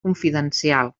confidencial